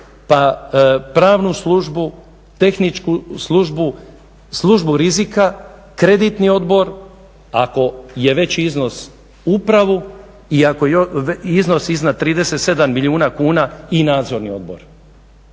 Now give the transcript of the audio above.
pa Pravnu službu, Tehničku službu, Službu rizika, Kreditni odbor, ako je veći iznos Upravu i ako je iznos iznad 37 milijuna kuna i Nadzorni odbor.